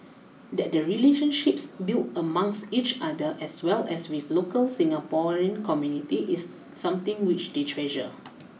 that the relationships built amongst each other as well as with local Singaporean community is something which they treasure